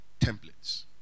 templates